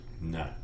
No